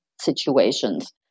situations